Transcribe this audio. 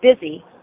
busy